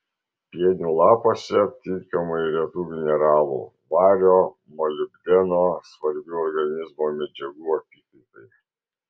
pienių lapuose aptinkama ir retų mineralų vario molibdeno svarbių organizmo medžiagų apykaitai